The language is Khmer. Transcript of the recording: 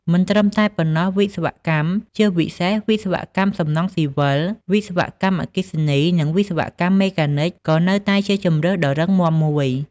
មិនតែប៉ុណ្ណោះ វិស្វកម្ម ជាពិសេសវិស្វកម្មសំណង់ស៊ីវិល វិស្វកម្មអគ្គិសនី និងវិស្វកម្មមេកានិច ក៏នៅតែជាជម្រើសដ៏រឹងមាំមួយ។